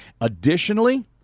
Additionally